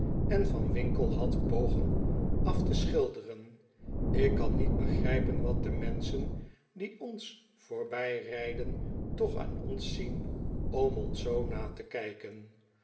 en van winkle had pogen af te schilderen ik kan niet begrijpen wat de menschen die ons voorbij rijden toch aan ons zien om ons zoo na te kijken